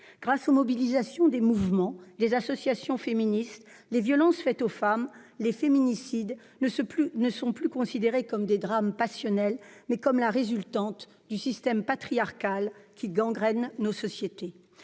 Grâce à la mobilisation des mouvements et des associations féministes, les violences faites aux femmes et les féminicides ne sont plus considérés comme des drames passionnels, mais comme la résultante du système patriarcal qui gangrène nos sociétés.